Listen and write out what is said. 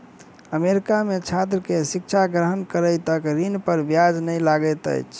America में छात्र के शिक्षा ग्रहण करै तक ऋण पर ब्याज नै लगैत अछि